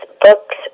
books